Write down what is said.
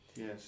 Yes